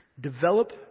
develop